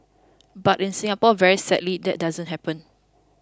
but in Singapore very sadly that doesn't happen